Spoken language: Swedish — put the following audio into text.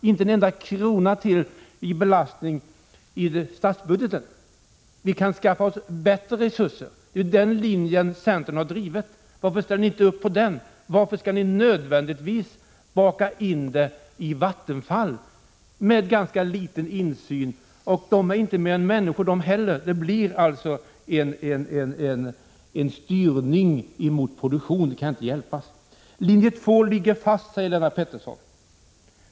Inte en enda krona till i belastning på statsbudgeten. Vi kan skaffa oss bättre resurser. Det är den linjen centern har drivit. Varför ställer ni inte upp på den? Varför skall ni nödvändigtvis baka in verksamheten i Vattenfall, med ganska liten insyn. De är inte mer än människor de heller, det blir alltså en styrning emot produktion. Det kan inte hjälpas. Linje 2 ligger fast, säger Lennart Pettersson.